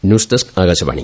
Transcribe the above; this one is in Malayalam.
news desk Akashvani